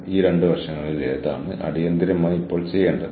ഇത് സാധാരണയായി ചിന്ത എന്ന് ലേബൽ ചെയ്യപ്പെടുന്നു